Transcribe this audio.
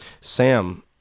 Sam